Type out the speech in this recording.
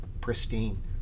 pristine